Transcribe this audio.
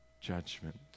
judgment